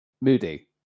Moody